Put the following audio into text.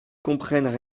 comprennent